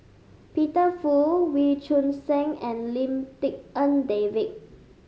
Peter Fu Wee Choon Seng and Lim Tik En David